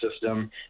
system